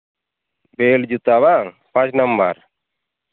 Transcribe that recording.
belt ᱡᱩᱛᱟᱹ ᱵᱟᱝ ᱯᱟᱸᱪ ᱱᱟᱢᱵᱟᱨ